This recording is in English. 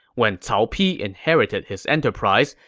when cao pi inherited his enterprise,